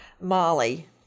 Molly